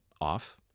off